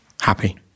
happy